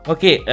Okay